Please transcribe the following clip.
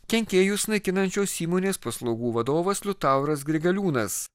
kenkėjus naikinančios įmonės paslaugų vadovas liutauras grigaliūnas